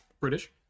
British